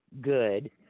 good